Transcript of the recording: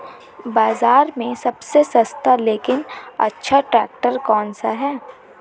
बाज़ार में सबसे सस्ता लेकिन अच्छा ट्रैक्टर कौनसा है?